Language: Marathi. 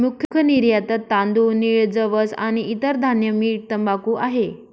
मुख्य निर्यातत तांदूळ, नीळ, जवस आणि इतर धान्य, मीठ, तंबाखू आहे